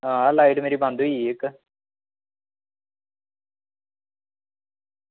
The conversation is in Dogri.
हां लाइट मेरी बंद होई गेई इक